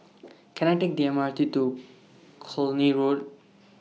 Can I Take The M R T to Cluny Road